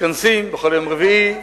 מתכנסים בכל יום רביעי,